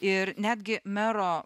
ir netgi mero